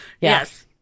Yes